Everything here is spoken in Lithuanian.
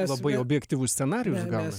labai objektyvus scenarijus gaunas